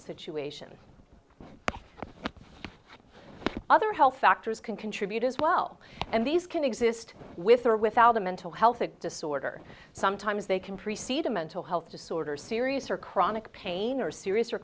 situation other health factors can contribute as well and these can exist with or without a mental health disorder sometimes they can precede a mental health disorder serious or chronic pain or serious or